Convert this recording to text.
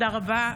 תודה רבה.